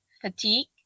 fatigue